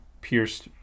pierced